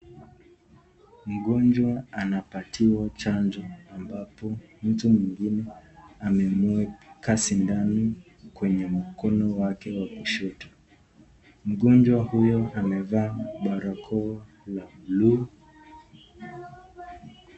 Mgonjwa anapatiwa chanjo ambapo mtu mwengine amemueka sindano kwenye mkono wake wa kushoto. Mgonjwa huyo amevaa barakoa la bluu.